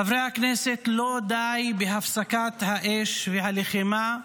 חברי הכנסת, לא די בהפסקת האש והלחימה.